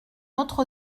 autre